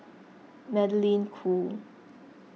Magdalene Khoo